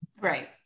right